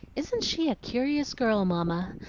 isn't she a curious girl, mamma?